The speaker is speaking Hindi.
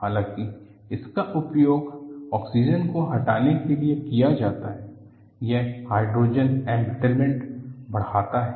हालांकि इसका उपयोग ऑक्सीजन को हटाने के लिए किया जाता है यह हाइड्रोजन एंब्रिटलमेंट बढ़ता है